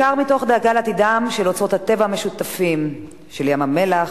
בעיקר מתוך דאגה לעתידם של אוצרות הטבע המשותפים: ים-המלח,